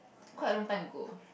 quite a long time ago